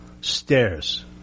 stairs